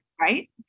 right